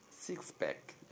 six-pack